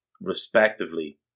respectively